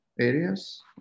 areas